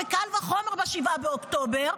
קל וחומר ב-7 באוקטובר,